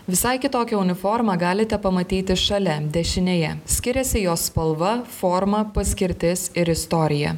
visai kitokią uniformą galite pamatyti šalia dešinėje skiriasi jos spalva forma paskirtis ir istorija